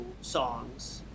songs